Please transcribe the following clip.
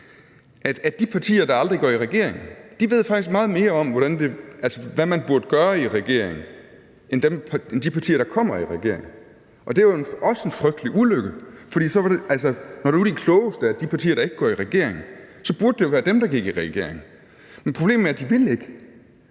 at de partier, der aldrig går i regering, ved meget mere om, hvad man burde gøre i regeringen, end de partier, der kommer i regering. Og det er jo også en frygtelig ulykke, når nu de klogeste er de partier, der ikke går i regering, for så burde det jo være dem, der gik i regering. Problemet er, at de ikke